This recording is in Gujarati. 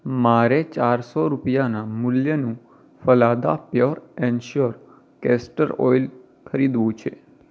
મારે ચારસો રૂપિયાના મૂલ્યનું Falada pure and sure castor oil ખરીદવું છે